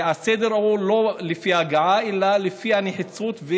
והסדר הוא לא לפי ההגעה אלא לפי הנחיצות,